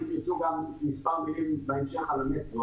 אם תרצו גם מספר מילים בהמשך על המטרו.